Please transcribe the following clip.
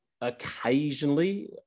Occasionally